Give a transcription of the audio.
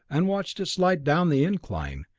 and watched it slide down the incline,